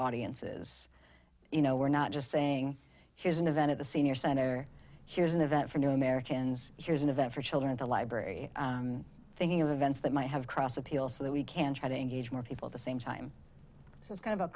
audiences you know we're not just saying here's an event at the senior center here's an event for new americans here's an event for children at the library thinking of events that might have cross appeal so that we can try to engage more people the same time so it's kind of a